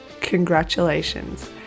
congratulations